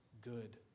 good